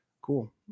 Cool